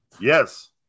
Yes